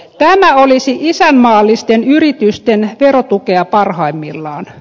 tämä olisi isänmaallisten yritysten verotukea parhaimmillaan